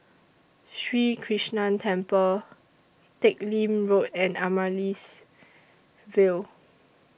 Sri Krishnan Temple Teck Lim Road and Amaryllis Ville